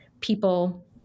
people